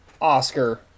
Oscar